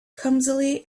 clumsily